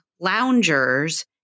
loungers